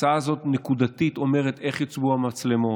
ההצעה הזאת אומרת נקודתית איך יוצבו המצלמות.